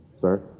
Sir